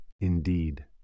Indeed